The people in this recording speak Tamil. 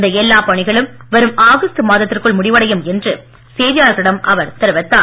இந்த எல்லாப் பணிகளும் வரும் ஆகஸ்டு மாதத்திற்குள் முடிவடையும் என்று செய்தியாளர்களிடம் அவர் தெரிவித்தார்